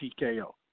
TKO